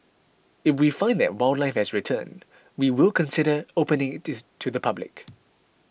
if we find that wildlife has returned we will consider opening this to the public